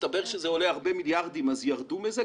מסתבר שזה עולה הרבה מיליארדים ולכן ירדו מזה.